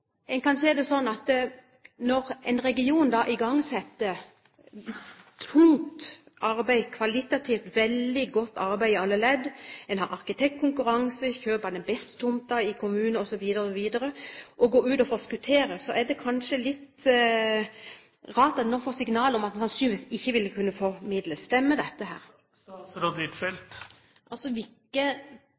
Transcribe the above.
igangsetter tungt arbeid, kvalitativt veldig godt arbeid i alle ledd – en har arkitektkonkurranse, kjøper den beste tomten i kommunen, osv. osv. – og går ut og forskutterer, er det kanskje litt rart at en nå får signal om at en sannsynligvis ikke ville kunne få midler. Stemmer dette?